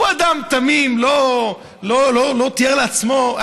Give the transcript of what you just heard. הוא אדם תמים, לא תיאר לעצמו,